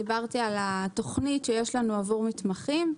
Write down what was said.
דיברתי על התוכנית שיש לנו עבור מתמחים.